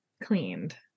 cleaned